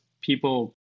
people